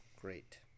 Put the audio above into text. Great